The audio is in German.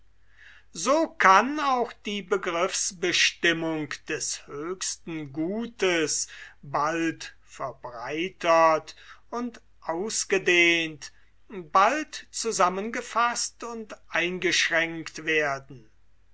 so kann auch die begriffsbestimmung des höchsten gutes bald verbreitert und ausgedehnt bald zusammengefaßt und eingeschränkt werden